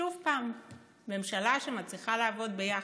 שוב, ממשלה שמצליחה לעבוד ביחד,